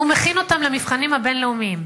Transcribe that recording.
הוא מכין אותם למבחנים הבין-לאומיים.